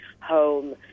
home